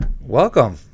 welcome